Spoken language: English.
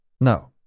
no